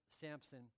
Samson